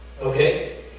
Okay